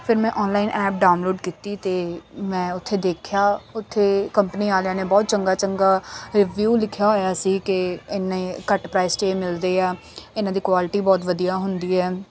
ਫਿਰ ਮੈਂ online app download ਕੀਤੀ ਤਾਂ ਮੈਂ ਉੱਥੇ ਦੇਖਿਆ ਉੱਥੇ ਕੰਪਨੀ ਵਾਲਿਆਂ ਨੇ ਬਹੁਤ ਚੰਗਾ ਚੰਗਾ ਰੀਵਿਊ ਲਿਖਿਆ ਹੋਇਆ ਸੀ ਕਿ ਇੰਨੇ ਘੱਟ ਪ੍ਰਾਈਜ਼ 'ਚ ਇਹ ਮਿਲਦੇ ਆ ਇਨ੍ਹਾਂ ਦੀ ਕੁਆਲਟੀ ਬਹੁਤ ਵਧੀਆ ਹੁੰਦੀ ਹੈ